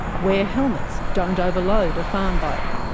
wear helmets. don't overload a farm bike.